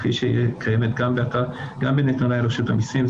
כפי שהיא קיימת גם בנתוני רשות המיסים,